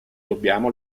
dobbiamo